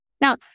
Now